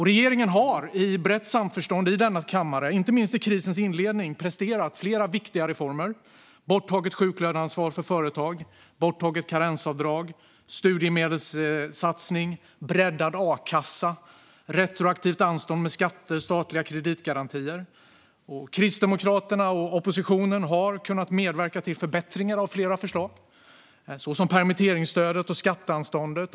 Regeringen har i brett samförstånd i denna kammare, inte minst i krisens inledning, presterat flera viktiga reformer, såsom borttaget sjuklöneansvar för företag, borttaget karensavdrag, studiemedelssatsning, breddad a-kassa och retroaktivt anstånd med skatter och statliga kreditgarantier. Kristdemokraterna och oppositionen har kunnat medverka till förbättringar av flera förslag, såsom permitteringsstödet och skatteanståndet.